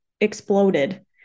exploded